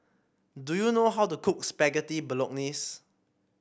do you know how to cook Spaghetti Bolognese